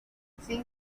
sin